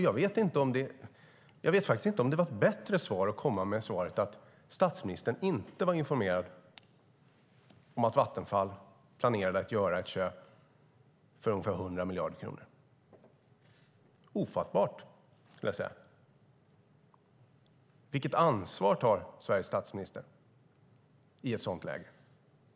Jag vet dock inte om det är ett bättre svar att säga att statsministern inte var informerad om att Vattenfall planerade att göra ett köp för ungefär 100 miljarder kronor. Det är ofattbart, skulle jag vilja säga. Vilket ansvar tar Sveriges statsminister i ett sådant läge?